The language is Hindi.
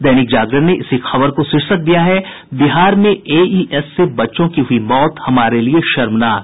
दैनिक जागरण ने इसी खबर को शीर्षक दिया है बिहार में एईएस से बच्चों की हुई मौत हमारे लिए शर्मनाक